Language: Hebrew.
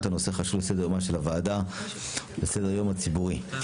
הנושא החשוב לסדר-יומה של הוועדה ולסדר-היום הציבורי.